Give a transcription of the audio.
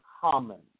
common